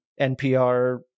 npr